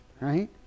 right